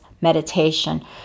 meditation